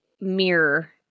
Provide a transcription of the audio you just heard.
mirror